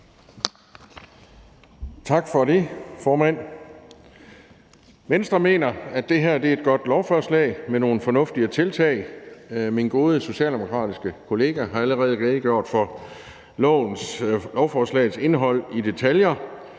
Tak for det, formand. Venstre mener, at det her er et godt lovforslag med nogle fornuftige tiltag. Min gode socialdemokratiske kollega har allerede redegjort for lovforslagets indhold i detaljer.